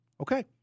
Okay